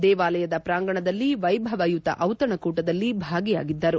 ದೇವಾಲಯದ ಪ್ರಾಂಗಣದಲ್ಲಿ ವ್ಚೆಭವಯುತ ಔತಣಕೂಟದಲ್ಲಿ ಭಾಗಿಯಾಗಿದ್ದರು